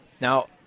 Now